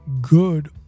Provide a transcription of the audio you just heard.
good